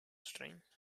string